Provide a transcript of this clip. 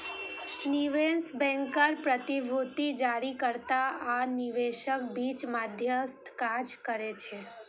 निवेश बैंकर प्रतिभूति जारीकर्ता आ निवेशकक बीच मध्यस्थक काज करै छै